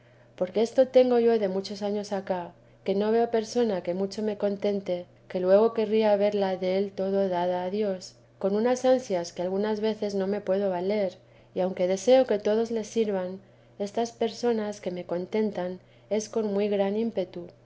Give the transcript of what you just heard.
porque esto tengo yo de unos años acá que no veo persona que mucho me contente que luego querría verla del todo dar a dios con unas ansias que algunas veces no me puedo valer y aunque deseo que todos le sirvan estas personas que me contentan es con muy gran ímpetu